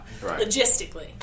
logistically